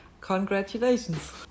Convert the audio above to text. Congratulations